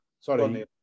Sorry